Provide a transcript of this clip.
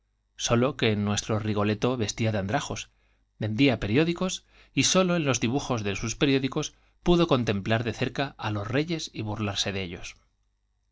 sólo que nuestro ri goletto vestía de andrajos vendía periódicos y sólo en los dibujos de sus periódicos pudo contemplar de cerca á los reyes y burlarse de ellos